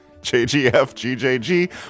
JGFGJG